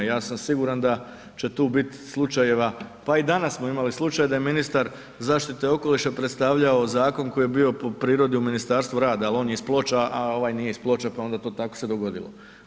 Ja sam siguran da će tu biti slučajeva, pa i danas smo imali slučaj da je ministar zaštite okoliša predstavljao zakon koji je bio po prirodi u Ministarstvu radu, ali on je iz Ploča, a ovaj nije iz Ploča pa onda to tako se dogodilo.